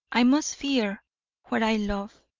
i must fear where i love,